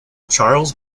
charles